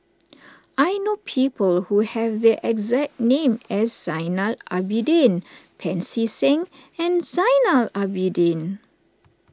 I know people who have the exact name as Zainal Abidin Pancy Seng and Zainal Abidin